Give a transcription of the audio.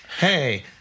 hey